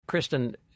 Kristen